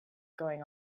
going